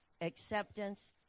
Acceptance